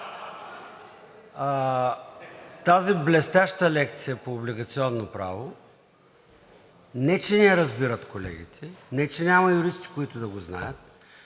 Тази блестяща лекция по облигационно право не че не я разбират колегите, не че няма юристи, които да го знаят